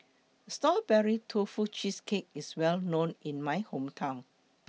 Strawberry Tofu Cheesecake IS Well known in My Hometown